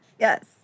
Yes